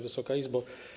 Wysoka Izbo!